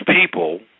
people